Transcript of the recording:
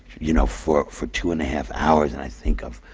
you know, for for two and a half hours! and i think of,